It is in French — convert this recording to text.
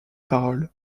parole